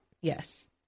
Yes